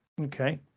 Okay